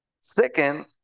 Second